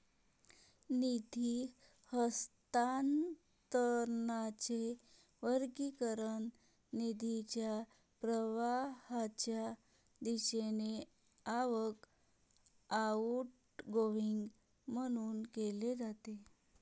निधी हस्तांतरणाचे वर्गीकरण निधीच्या प्रवाहाच्या दिशेने आवक, आउटगोइंग म्हणून केले जाते